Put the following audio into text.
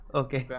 okay